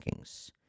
rankings